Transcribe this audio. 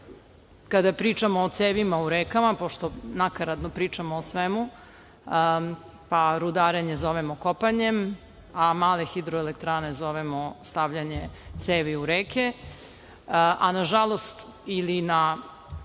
kada pričamo o cevima u rekama, pošto nakaradno pričamo o svemu, pa rudarenje zovemo kopanjem, a male hidroelektrane zovemo stavljanje cevi u reke, a nažalost ili na